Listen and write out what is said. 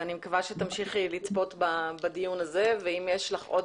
אני מקווה שתמשיכי לצפות בדיון הזה ואם יש לך עוד